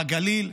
בגליל,